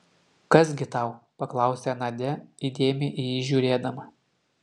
kas gi tau paklausė nadia įdėmiai į jį žiūrėdama